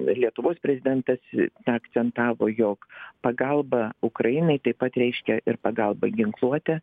lietuvos prezidentas akcentavo jog pagalba ukrainai taip pat reiškia ir pagalbą ginkluote